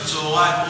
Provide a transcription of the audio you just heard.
בצהריים,